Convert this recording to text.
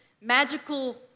magical